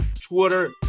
Twitter